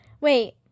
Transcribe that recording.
Wait